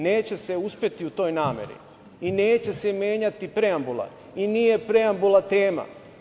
Neće se uspeti u toj nameri i neće se menjati preambula i nije preambula tema.